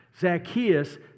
Zacchaeus